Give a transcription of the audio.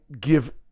give